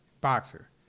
Boxer